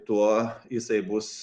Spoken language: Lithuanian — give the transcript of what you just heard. tuo jisai bus